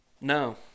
No